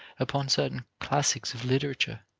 upon certain classics of literature,